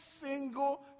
single